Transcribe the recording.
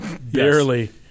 Barely